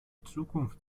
zukunft